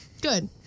Good